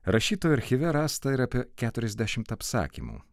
rašytojo archyve rasta ir apie keturiasdešim apsakymų